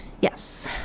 Yes